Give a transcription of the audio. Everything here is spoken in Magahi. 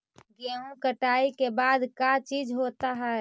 गेहूं कटाई के बाद का चीज होता है?